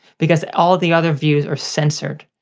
because all the other views are censored.